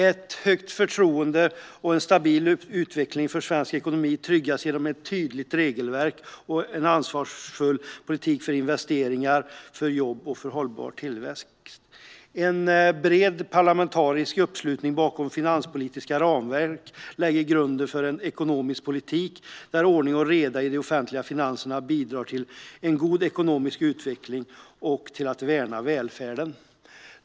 Ett högt förtroende och en stabil utveckling för svensk ekonomi tryggas genom ett tydligt regelverk och en ansvarsfull politik för investeringar i jobb och hållbar tillväxt. En bred parlamentarisk uppslutning bakom det finanspolitiska ramverket lägger grunden för en ekonomisk politik där ordning och reda i de offentliga finanserna bidrar till en god ekonomisk utveckling och till att värna välfärden.